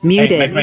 Muted